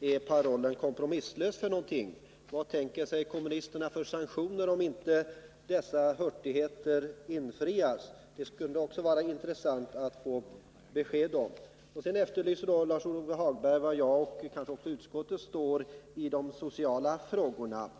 innebär parollen ”kompromisslöst”? Vad tänker sig kommunisterna för sanktioner om inte dessa hurtigheter infrias? Det skulle också vara intressant att få besked Lars-Ove Hagberg efterlyser var jag och utskottet står i de sociala frågorna.